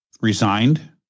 resigned